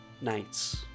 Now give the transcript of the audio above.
Nights